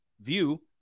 view